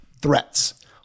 threats